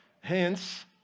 hence